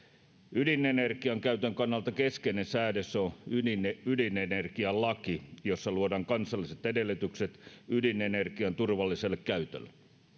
ydinenergian käytön kannalta keskeinen säädös on ydinenergialaki jossa luodaan kansalliset edellytykset ydinenergian turvalliselle käytölle